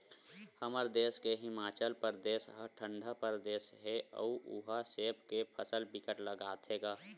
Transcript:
हमर देस के हिमाचल परदेस ह ठंडा परदेस हे अउ उहा सेब के फसल बिकट लगाथे गा